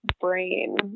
brain